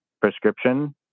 prescription